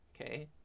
okay